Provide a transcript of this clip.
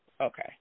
okay